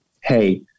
Hey